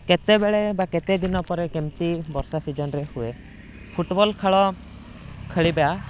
କେତେବେଳେ ବା କେତେଦିନ ପରେ କେମିତି ବର୍ଷା ସିଜନରେ ହୁଏ ଫୁଟବଲ ଖେଳ ଖେଳିବା